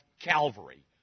Calvary